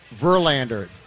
Verlander